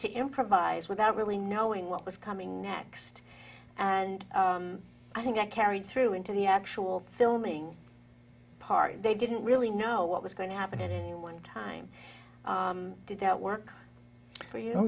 to improvise without really knowing what was coming next and i think that carried through into the actual filming part they didn't really know what was going to happen at any one time did that work well you know